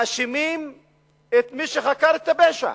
מאשימים את מי שחקר את הפשע